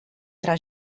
tra